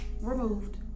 Removed